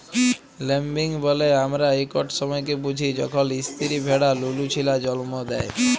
lambing ব্যলে আমরা ইকট সময়কে বুঝি যখল ইস্তিরি ভেড়া লুলু ছিলা জল্ম দেয়